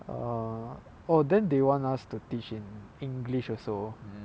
err oh then they want us to teach in english also